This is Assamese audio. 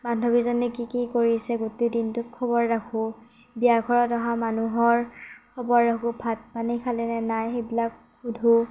বান্ধৱীজনী কি কি কৰিছে গোটেই দিনটোত খবৰ ৰাখোঁ বিয়া ঘৰত অহা মানুহৰ খবৰ ৰাখোঁ ভাত পানী খালেনে নাই সেইবিলাক সোধোঁ